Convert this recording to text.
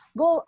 go